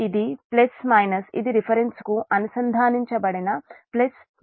ఇది ఇది రిఫరెన్స్ కు అనుసంధానించబడిన ప్లస్ మైనస్